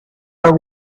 are